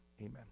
Amen